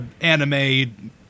anime